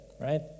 right